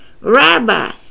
Rabbi